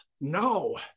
No